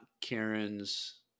Karen's